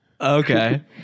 Okay